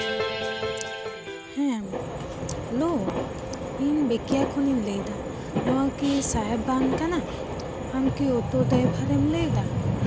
ᱦᱮᱸ ᱦᱮᱞᱳ ᱤᱧ ᱵᱮᱠᱮᱭᱟ ᱠᱷᱚᱱᱤᱧ ᱞᱟᱹᱭᱫᱟ ᱱᱚᱣᱟ ᱠᱤ ᱥᱟᱦᱮᱵ ᱵᱟᱸᱫᱷ ᱠᱟᱱᱟ ᱟᱢ ᱠᱤ ᱚᱴᱳ ᱰᱨᱟᱭᱵᱷᱟᱨ ᱮᱢ ᱞᱟᱹᱭᱫᱟ